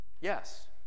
Yes